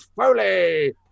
Foley